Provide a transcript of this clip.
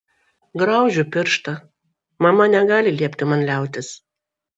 graužiu pirštą mama negali liepti man liautis